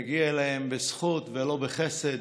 מגיע להם בזכות ולא בחסד.